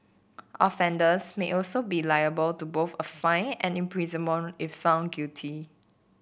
offenders may also be liable to both a fine and imprisonment if found guilty